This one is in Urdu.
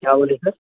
کیا بولے سر